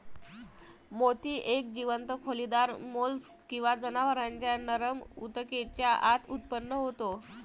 मोती एक जीवंत खोलीदार मोल्स्क किंवा जनावरांच्या नरम ऊतकेच्या आत उत्पन्न होतो